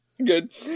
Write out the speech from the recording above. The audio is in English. good